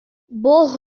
бог